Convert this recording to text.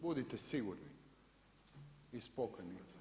Budite sigurni i spokojni.